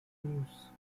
news